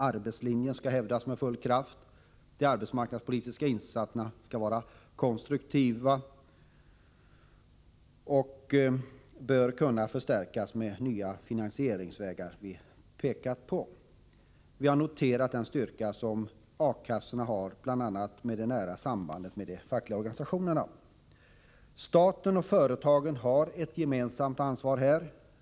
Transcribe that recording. Arbetslinjen skall hävdas med full kraft, och de arbetsmarknadspolitiska insatserna skall vara konstruktiva. De bör kunna förstärkas med de nya finansieringsvägar som vi pekar på. Vi har noterat den styrka som A-kassorna har, bl.a. genom det nära sambandet med de fackliga organisationerna. Staten och företagen har här ett gemensamt ansvar.